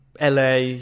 LA